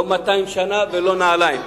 לא 200 שנה ולא נעליים.